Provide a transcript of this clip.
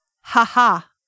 Ha-ha